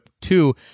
two